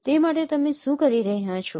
તે માટે તમે શું કરી રહ્યા છો